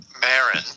Marin